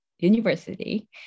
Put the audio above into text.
university